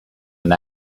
and